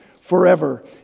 forever